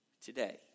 today